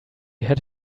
had